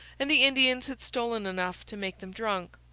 and the indians had stolen enough to make them drunk.